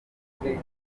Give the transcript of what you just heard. bigoye